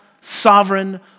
sovereign